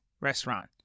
Restaurant